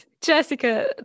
jessica